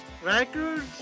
Records